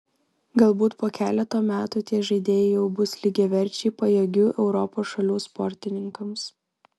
galbūt po keleto metų tie žaidėjai jau bus lygiaverčiai pajėgių europos šalių sportininkams